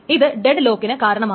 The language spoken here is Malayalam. ഇത് ഡെഡ് ലോക്കിന് കാരണമാകും